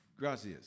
Gracias